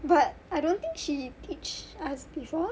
but I don't think she teach us before